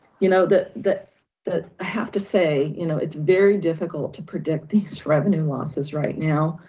you know, that, that that i have to say, you know, it's very difficult to predict these revenue losses right now.